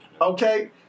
okay